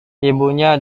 ibunya